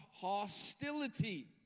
hostility